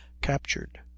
captured